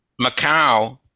Macau